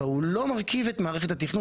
אבל הוא לא מרכיב את מערכת התכנון.